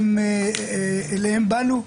שאליהם באנו,